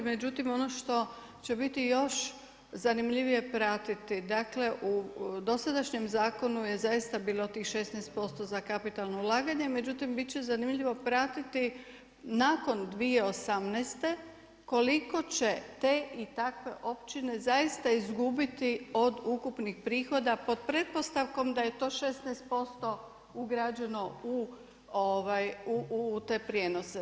Međutim, ono što će biti još zanimljivije pratiti, dakle u dosadašnjem zakonu je zaista bilo tih 16% za kapitalno ulaganje, međutim bit će zanimljivo pratiti nakon 2018. koliko će te i takve općine zaista izgubiti od ukupnih prihoda pod pretpostavkom da je to 16% ugrađeno u te prijenose.